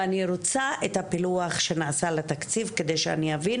ואני רוצה את הפילוח שנעשה לתקציב כדי שאני אבין